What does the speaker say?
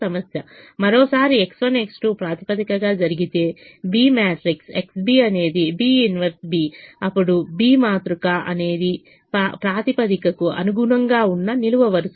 మరోసారి X1 X2 ప్రాతిపదికగా జరిగితే B మ్యాట్రిక్స్ XB అనేది B 1 B అప్పుడు B మాతృక అనేది ప్రాతిపదికకు అనుగుణంగా ఉన్న నిలువు వరుసలు